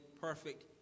perfect